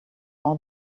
all